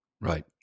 Right